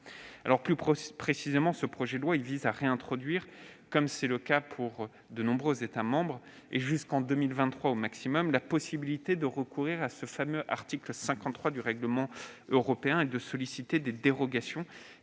être plus précis, ce projet de loi réintroduit, comme c'est déjà le cas pour de nombreux États membres, et jusqu'en 2023 au maximum, la possibilité de recourir au fameux article 53 du règlement européen et de solliciter des dérogations